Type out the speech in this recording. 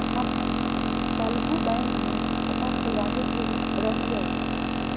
हम काल्हु बैंक में खता खोलबाबे गेल रहियइ